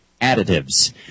additives